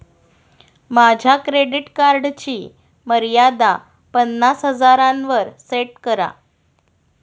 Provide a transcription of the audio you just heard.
माझ्या क्रेडिट कार्डची मर्यादा पन्नास हजारांवर सेट करा